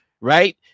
right